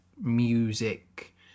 music